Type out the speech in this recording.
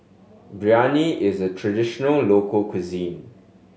biryani is a traditional local cuisine